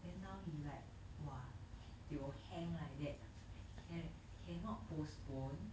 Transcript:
then now he like !wah! tio hang like that can cannot postpone